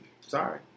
Sorry